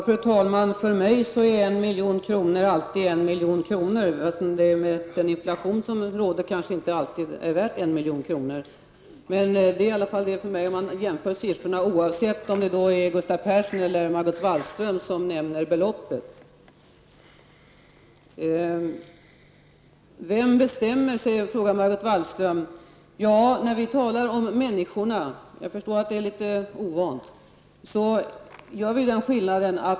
Fru talman för mig är 1 milj.kr. alltid 1 milj.kr. -- även om inflationen gör att den blir allt mindre värd -- oavsett om det är Gustav Persson eller Margot Wallström som nämner beloppet. Vem bestämmer? frågar Margot Wallström. När vi talar om människorna -- jag förstår att det känns litet ovant -- gör vi följande skillnad.